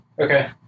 okay